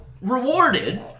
rewarded